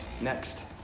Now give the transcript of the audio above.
next